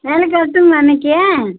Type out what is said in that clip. வேலைக்கு வரட்டுங்களா இன்னைக்கு